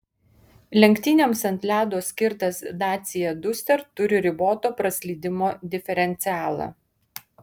lenktynėms ant ledo skirtas dacia duster turi riboto praslydimo diferencialą